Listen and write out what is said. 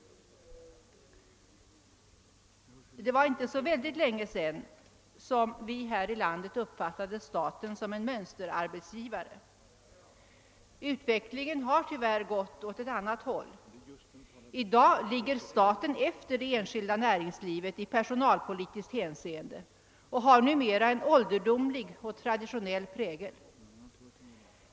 Det var inte så särskilt länge sedan som vi i vårt land uppfattade staten som en mönsterarbetsgivare. Utvecklingen har tyvärr gått åt ett annat håll. I dag ligger staten efter det enskilda näringslivet i personalpolitiskt hänseende och personalpolitiken har numera en ålderdomlig och traditionell prägel.